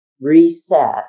reset